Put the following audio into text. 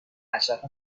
اشرف